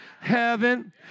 heaven